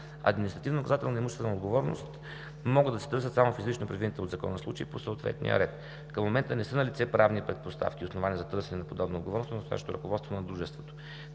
Административнонаказателна и имуществена отговорност могат да се търсят само в изрично предвидените от закона случаи по съответния ред. Към момента не са налице правни предпоставки и основания за търсене на подобна отговорност от настоящото ръководство на дружеството.